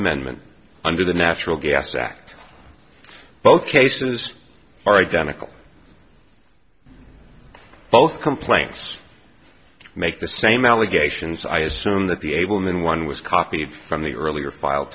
amendment under the natural gas act both cases are identical both complaints make the same allegations i assume that the able in one was copied from the earlier file